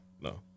No